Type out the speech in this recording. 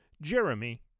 Jeremy